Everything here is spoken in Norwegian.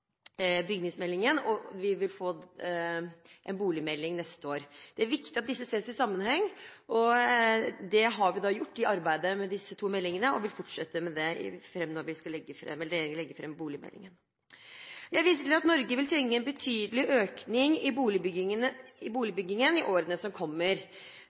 vi har gjort det i arbeidet med disse to meldingene, og vi vil fortsette med det ved framleggelsen av boligmeldingen. Jeg viser til at Norge vil trenge en betydelig økning i boligbyggingen i årene som kommer.